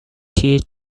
teach